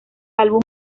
álbum